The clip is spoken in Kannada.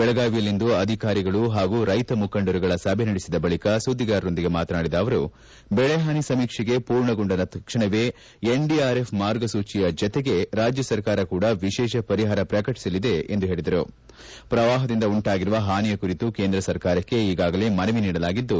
ಬೆಳಗಾವಿಯಲ್ಲಿಂದು ಅಧಿಕಾರಿಗಳು ಹಾಗೂ ರೈತ ಮುಖಂಡರುಗಳ ಸಭೆ ನಡೆಸಿದ ಬಳಕ ಸುದ್ದಿಗಾರರೊಂದಿಗೆ ಮಾತನಾಡಿದ ಅವರು ಬೆಳೆಹಾನಿ ಸಮೀಕ್ಷೆ ಪೂರ್ಣಗೊಂಡ ತಕ್ಷಣವೇ ಎನ್ಡಿಆರ್ಎಫ್ ಮಾರ್ಗಸೂಚಯ ಜತೆಗೆ ರಾಜ್ಯ ಸರ್ಕಾರ ಕೂಡ ವಿಶೇಷ ಪರಿಹಾರ ಪ್ರಕಟಿಸಲಿದೆ ಎಂದು ಹೇಳಿದರು ಪ್ರವಾಪದಿಂದ ಉಂಟಾಗಿರುವ ಹಾನಿಯ ಕುರಿತು ಕೇಂದ್ರ ಸರ್ಕಾರಕ್ಕೆ ಈಗಾಗಲೇ ಮನವಿ ನೀಡಲಾಗಿದ್ದು